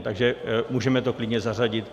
Takže můžeme to klidně zařadit.